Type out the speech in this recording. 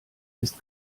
ist